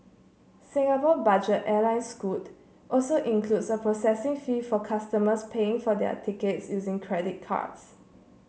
Singapore budget airline Scoot also includes a processing fee for customers paying for their tickets using credit cards